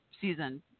season